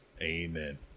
Amen